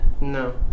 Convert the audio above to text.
No